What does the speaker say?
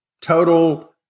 total